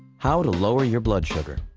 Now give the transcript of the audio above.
how to lower your blood sugar.